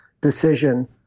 decision